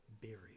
burial